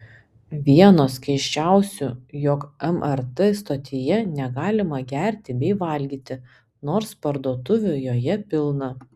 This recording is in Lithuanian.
vienos keisčiausių jog mrt stotyje negalima gerti bei valgyti nors parduotuvių joje pilna